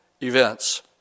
events